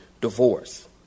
divorce